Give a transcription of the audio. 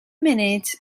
munud